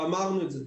ואמרנו את זה.